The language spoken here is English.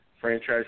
franchise